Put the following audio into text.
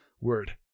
word